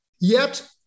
yet-